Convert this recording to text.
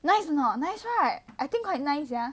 nice a not nice right I think quite nice ya